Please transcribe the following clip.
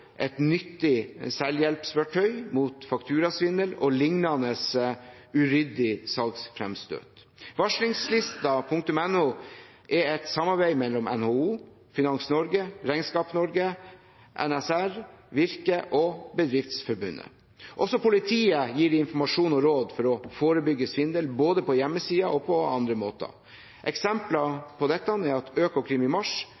et nyttig selvhjelpsverktøy mot fakturasvindel og liknende uryddig salgsfremstøt. varslingslisten.no er et samarbeid mellom NHO, Finans Norge, Regnskap Norge, NSR, Virke og Bedriftsforbundet. Også politiet gir informasjon og råd for å forebygge svindel, både på hjemmesiden og på andre måter. Eksempler på dette er at Økokrim i mars